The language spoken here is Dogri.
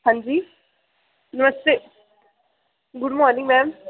हां जी नमस्ते गुड मार्निंग मैम